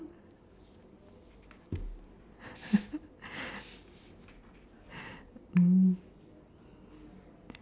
mm